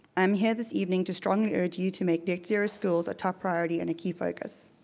i am here this evening to strongly urge you to make net zero schools a top priority and a key focus.